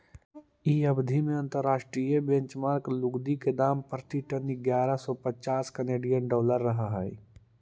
इ अवधि में अंतर्राष्ट्रीय बेंचमार्क लुगदी के दाम प्रति टन इग्यारह सौ पच्चास केनेडियन डॉलर रहऽ हई